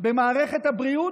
במערכת הבריאות,